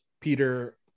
Peter